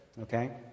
okay